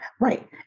Right